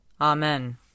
Amen